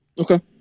Okay